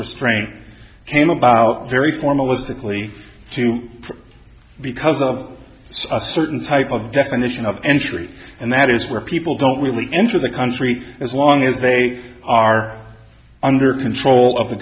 restraint came about very formal as the plea to because of a certain type of definition of entry and that is where people don't really enter the country as long as they are under control of the